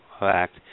Act